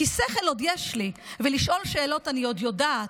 כי שכל עוד יש לי ולשאול שאלות אני עוד יודעת,